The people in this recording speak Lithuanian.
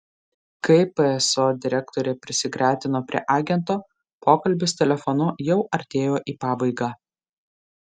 kai pso direktorė prisigretino prie agento pokalbis telefonu jau artėjo į pabaigą